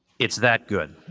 it's that good.